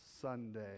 Sunday